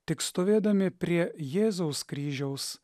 tik stovėdami prie jėzaus kryžiaus